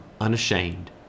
unashamed